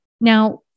Now